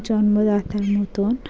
জন্মদাতার মতন